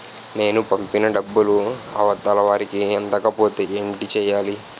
నేను పంపిన డబ్బులు అవతల వారికి అందకపోతే ఏంటి చెయ్యాలి?